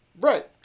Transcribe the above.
Right